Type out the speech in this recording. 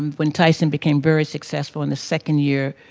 um when tyson became very successful in the second year,